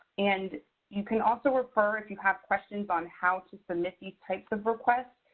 and you can also refer, if you have questions on how to submit these types of requests,